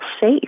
safe